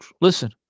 Listen